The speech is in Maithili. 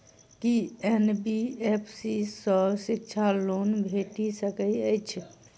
की एन.बी.एफ.सी सँ शिक्षा लोन भेटि सकैत अछि?